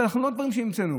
אלה לא דברים שהמצאנו.